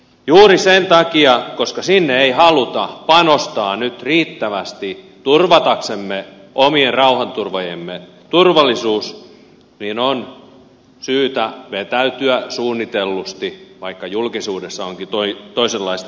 juuri sen takia koska sinne ei haluta panostaa nyt riittävästi turvataksemme omien rauhanturvaajiemme turvallisuutta on syytä vetäytyä suunnitellusti vaikka julkisuudessa onkin toisenlaistakin keskustelua